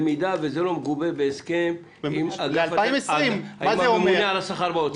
אם זה לא מגובה בהסכם עם הממונה על השכר באוצר.